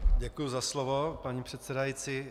Děkuji za slovo, paní předsedající.